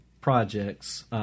projects